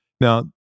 Now